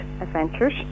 adventures